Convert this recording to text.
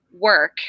work